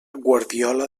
guardiola